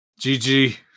GG